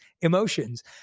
emotions